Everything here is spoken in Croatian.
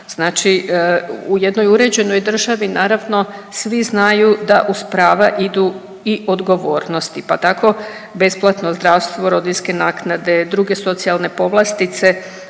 Znači u jednoj uređenoj državi naravno svi znaju da uz prava idu i odgovornosti, pa tako besplatno zdravstvo, rodiljske naknade, druge socijalne povlastice,